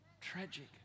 tragic